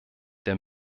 der